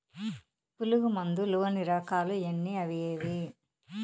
పులుగు మందు లోని రకాల ఎన్ని అవి ఏవి?